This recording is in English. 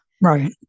right